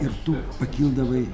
ir tu pakildavai